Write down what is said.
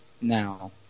Now